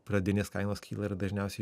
pradinės kainos kyla ir dažniausiai